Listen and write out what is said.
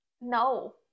No